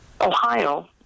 Ohio